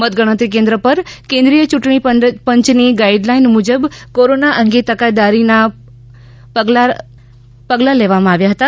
મતગણતરી કેન્દ્ર પર કેન્દ્રિય ચૂંટણીપંચની ગાઇડલાઇન મુજબ કોરોના અંગે તકેદારી રાખવામાં આવી હતી